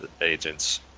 agents